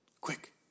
Quick